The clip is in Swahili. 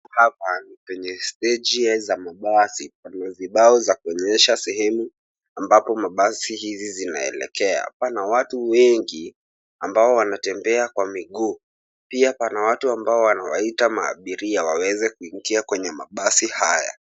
Hapa ni penye steji za mabasi. Pana vibao za kuonyesha sehemu ambapo mabasi hizi zinaelekea. Pana watu wengi ambao wanatembea kwa miguu, pia pana watu ambao wanawaita maabiria waweze kuingia kwenye mabasi haya.